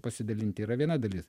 pasidalinti yra viena dalis